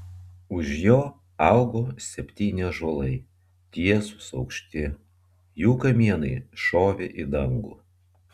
už jo augo septyni ąžuolai tiesūs aukšti jų kamienai šovė į dangų